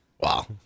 Wow